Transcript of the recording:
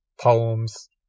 poems